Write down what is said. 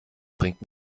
bringt